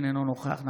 אינו נוכח מיקי לוי,